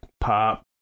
pop